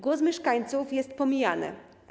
Głos mieszkańców jest pomijany.